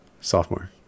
Sophomore